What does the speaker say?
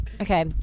Okay